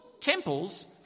temples